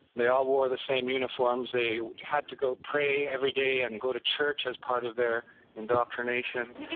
they all wore the same uniforms. they had to go pray every day and go to church as part of their indoctrination.